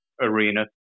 arena